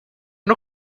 não